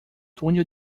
túnel